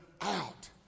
out